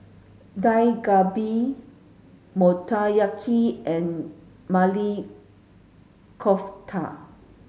Dak Galbi Motoyaki and Maili Kofta